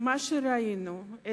מה שראינו,